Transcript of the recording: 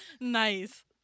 nice